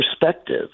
perspective